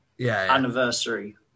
anniversary